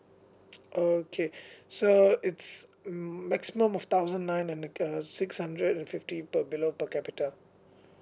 okay so it's mm maximum of thousand nine and like uh six hundred and fifty per below per capita